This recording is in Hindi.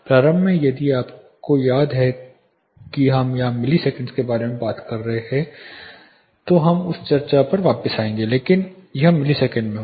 प्रारंभ में यदि आपको याद है कि हम यहां मिलिसकंड्स के बारे में बात कर रहे थे तो हम उस चर्चा पर वापस आएंगे लेकिन यह मिलीसेकंड में होगा